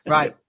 Right